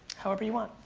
however you want.